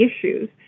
issues